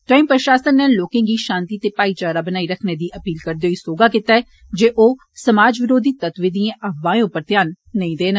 तोआई प्रशासन नै लोकें गी शान्ति ते भाईचारा बनाई रक्खने दी अपील करदे होई सहौगा कीता ऐ जे ओ समाज विरोधी तत्वें दिएं अफवाहें उप्पर ध्यान नेई देन